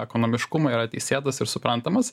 ekonomiškumą yra teisėtas ir suprantamas